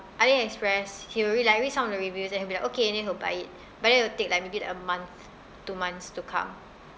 ali express he'll be like read some of the reviews and he'll like okay and then he'll buy it but it will take like maybe like a month two months to come